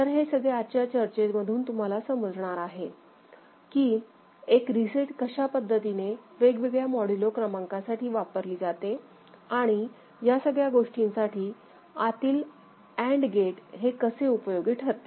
तर हे सगळे आजच्या चर्चेतून तुम्हाला समजणार आहे की एक रिसेट कशा पद्धतीने वेगवेगळ्या मॉड्यूलो क्रमांकासाठी वापरली जाते आणि या सगळ्या गोष्टींसाठी आतील अँड गेट हे कसे उपयोगी ठरते